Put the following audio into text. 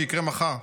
שיקרה מחר.